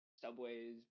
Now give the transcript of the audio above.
subways